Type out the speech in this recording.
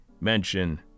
mention